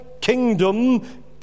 kingdom